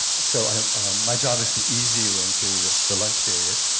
so um my job is to ease you into the the lunch period